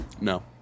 No